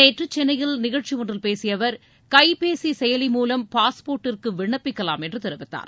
நேற்று சென்னையில் நிகழ்ச்சி ஒன்றில் பேசிய அவர் கைபேசி செயலி மூலம் பாஸ்போர்ட்டிற்கு விண்ணப்பிக்கலாம் என்று தெரிவித்தார்